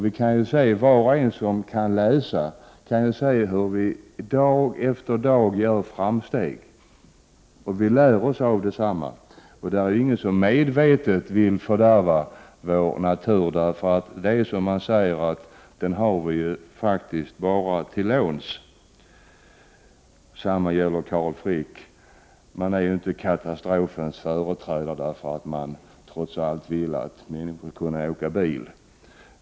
Var och en som kan läsa kan ju se hur det dag för dag görs framsteg, som vi lär oss av. Det är ingen som medvetet vill fördärva naturen, som vi bara har till låns. Detsamma gäller Carl Frick. Man är inte katastrofens företrädare därför att man vill att människor skall kunna åka bil.